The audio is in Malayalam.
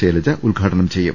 ശൈലജ ഉദ്ഘാടനം ചെയ്യും